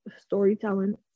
storytelling